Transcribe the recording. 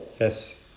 Yes